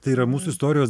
tai yra mūsų istorijos